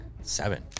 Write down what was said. seven